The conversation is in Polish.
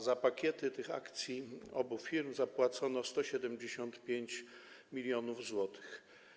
Za pakiety tych akcji obu firm zapłacono 175 mln zł.